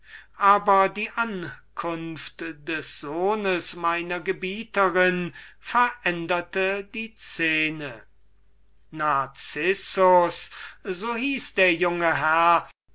bis die ankunft des sohnes meiner gebieterin die szene veränderte siebentes kapitel fortsetzung der erzählung der psyche narcissus so hieß dieser junge herr